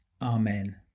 Amen